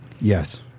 Yes